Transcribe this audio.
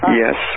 yes